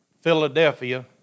Philadelphia